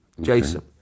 Jason